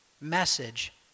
message